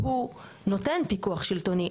הוא נותן פיקוח שלטוני,